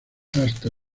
hasta